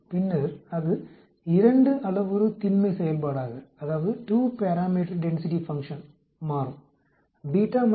பின்னர் அது 2 அளவுரு திண்மை செயல்பாடாக மாறும் மற்றும்